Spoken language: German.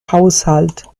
haushalt